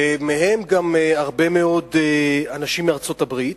ומהם גם הרבה מאוד אנשים מארצות-הברית,